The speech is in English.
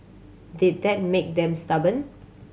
did that make them stubborn